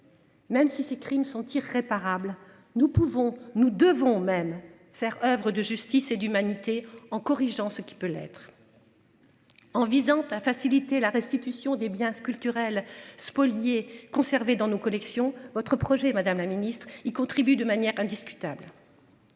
Même si ces crimes sont irréparables. Nous pouvons nous devons même. Faire oeuvre de justice et d'humanité en corrigeant ce qui peut l'être. En visant à faciliter la restitution des biens culturels spoliés conservés dans nos collections votre projet. Madame la Ministre, ils contribuent de manière indiscutable.